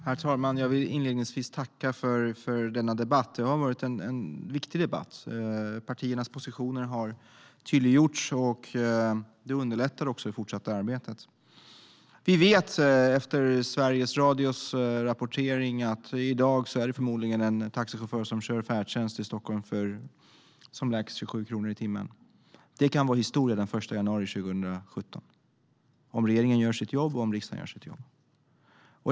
Herr talman! Jag vill inledningsvis tacka för denna debatt. Det har varit en viktig debatt. Partiernas positioner har tydliggjorts, och det underlättar det fortsatta arbetet. Efter Sveriges Radios rapportering vet vi att i dag är det förmodligen en taxichaufför som kör färdtjänst i Stockholm för som lägst 27 kronor i timmen. Det kan vara historia den 1 januari 2017, om regeringen gör sitt jobb och om riksdagen gör sitt jobb.